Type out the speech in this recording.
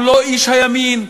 הוא לא איש הימין,